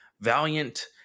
Valiant